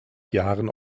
jahren